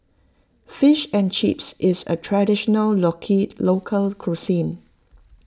Fish and Chips is a traditional local cuisine